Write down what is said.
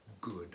good